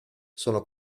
sono